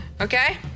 Okay